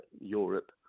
Europe